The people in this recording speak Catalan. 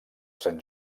sant